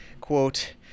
Quote